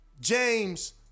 James